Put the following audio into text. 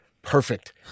Perfect